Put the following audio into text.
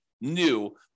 new